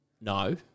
No